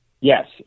Yes